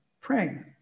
praying